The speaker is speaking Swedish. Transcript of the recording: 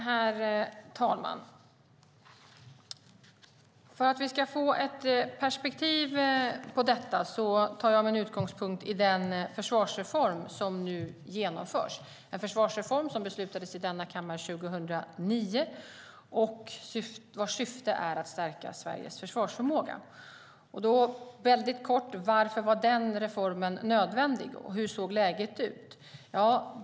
Herr talman! För att vi ska få perspektiv på detta tar jag min utgångspunkt i den försvarsreform som nu genomförs. Det är en försvarsreform som det beslutades om i denna kammare 2009 och vars syfte är att stärka Sveriges försvarsförmåga. Jag tar väldigt kort upp varför den reformen var nödvändig och hur läget såg ut.